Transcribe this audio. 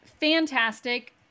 fantastic